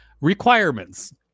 requirements